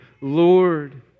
Lord